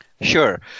Sure